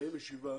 לקיים ישיבה